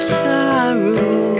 sorrow